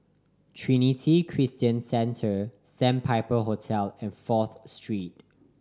Trinity Christian Centre Sandpiper Hotel and Fourth Street